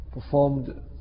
Performed